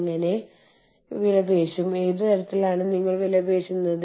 അതിനാൽ അതൊന്നും ഇന്ത്യക്ക് പുറത്ത് നിങ്ങൾക്ക് കിട്ടില്ല